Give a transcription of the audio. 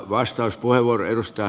arvoisa puhemies